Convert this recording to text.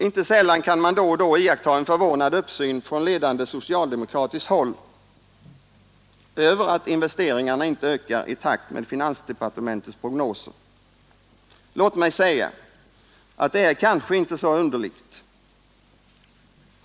Inte sällan kan man då och då iaktta en förvånad uppsyn från ledande socialdemokratiskt håll över att investeringarna inte ökar i takt med iga, att det är kanske inte så finansdepartementets prognoser. Låt mig underligt.